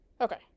Okay